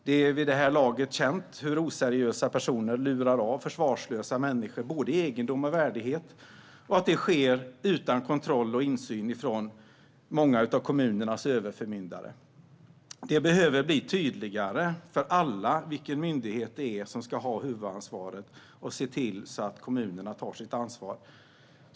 Det är vid det här laget känt hur oseriösa personer lurar av försvarslösa människor både egendom och värdighet och att det sker utan kontroll och insyn från många av kommunernas överförmyndare. Det behöver bli tydligare för alla vilken myndighet som ska ha huvudansvaret för att se till att kommunerna tar sitt ansvar.